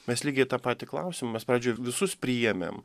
mes lygiai tą patį klausimą mes pradžioj visus priėmėm